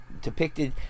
depicted